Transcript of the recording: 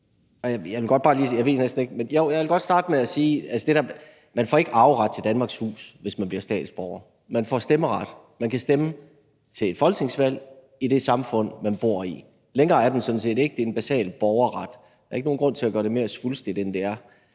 Jeg vil godt starte med at sige, at man ikke får arveret til Danmarks hus, hvis man bliver statsborger; man får stemmeret, så man kan stemme til et folketingsvalg i det samfund, man bor i. Længere er den sådan set ikke – det er en basal borgerret. Der er ikke nogen grund til at gøre det mere svulstigt, end det er.